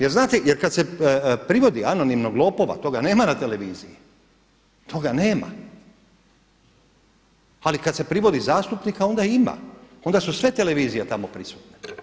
Jer znate, jer kada se privodi anonimnog lopova toga nema na televiziji, to ga nema ali kada se privodi zastupnika onda ima, onda su sve televizije tamo prisutne.